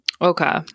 Okay